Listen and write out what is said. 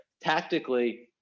tactically